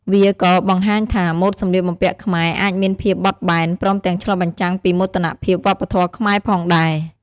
វាក៏៏បង្ហាញថា ម៉ូដសម្លៀកបំពាក់ខ្មែរអាចមានភាពបត់បែន ព្រមទាំងឆ្លុះបញ្ចាំងពីមោទនភាពវប្បធម៌ខ្មែរផងដែរ។